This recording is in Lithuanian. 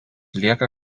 lieka